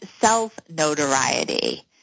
self-notoriety